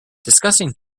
discussing